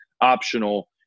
optional